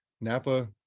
Napa